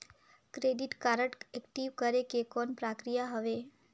Credit card active करे के कौन प्रक्रिया हवे?